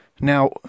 Now